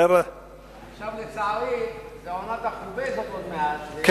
עכשיו לצערי זה עונת החוביזות עוד מעט,